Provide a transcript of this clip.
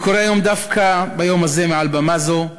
אני קורא היום, דווקא ביום הזה, מעל במה זו,